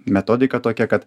metodika tokia kad